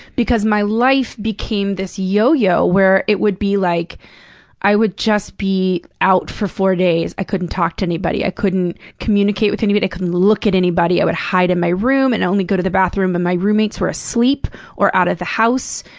because my life became this yo-yo, where it would be like i would just be out for four days. i couldn't talk to anybody, i couldn't communicate with anybody, i couldn't look at anybody. i would hide in my room and only go to the bathroom when my roommates were asleep or out of the house.